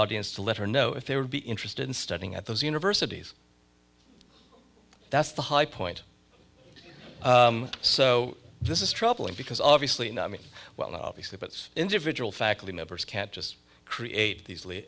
audience to let her know if they would be interested in studying at those universities that's the high point so this is troubling because obviously i mean well obviously it's individual faculty members can't just create these